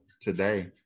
today